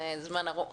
זה זמן ארוך.